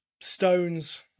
stones